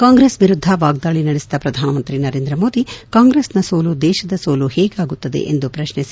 ಕಾಂಗ್ರೆಸ್ ವಿರುದ್ಧ ವಾಗ್ದಾಳಿ ನಡೆಸಿದ ಪ್ರಧಾನಮಂತ್ರಿ ನರೇಂದ್ರ ಮೋದಿ ಕಾಂಗ್ರೆಸ್ನ ಸೋಲು ದೇಶದ ಸೋಲು ಹೇಗಾಗುತ್ತದೆ ಎಂದು ಪ್ರಶ್ನಿಸಿ